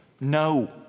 No